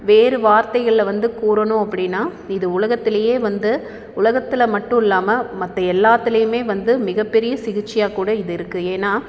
வேறு வார்த்தைகளில் வந்து கூறணும் அப்படினா இது உலகத்திலேயே வந்து உலகத்தில் மட்டும் இல்லாமல் மற்ற எல்லாத்துலேயுமே வந்து மிகப்பெரிய சிகிச்சையாக்கூட இது இருக்குது ஏன்னா